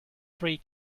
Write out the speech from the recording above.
three